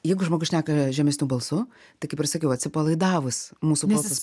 jeigu žmogus šneka žemesniu balsu tai kaip ir sakiau atsipalaidavus mūsų balsas